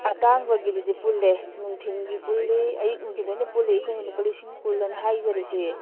ꯑꯇꯥꯡꯕꯒꯤꯗꯨꯗꯤ ꯄꯨꯜꯂꯦ ꯅꯨꯡꯊꯤꯜꯒꯤ ꯄꯨꯜꯂꯤ ꯑꯌꯨꯛ ꯅꯨꯡꯊꯤꯜ ꯂꯣꯏꯅ ꯄꯨꯜꯂꯤ ꯑꯩꯈꯣꯏꯅ ꯂꯨꯄꯥ ꯂꯤꯁꯤꯡ ꯀꯨꯟꯑꯅ ꯍꯥꯏꯖꯔꯤꯁꯦ